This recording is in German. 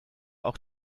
auch